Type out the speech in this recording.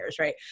right